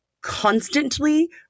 constantly